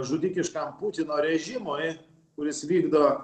žudikiškam putino režimui kuris vykdo